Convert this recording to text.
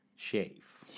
shave